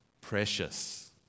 precious